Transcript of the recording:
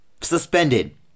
Suspended